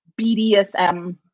BDSM